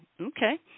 Okay